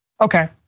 Okay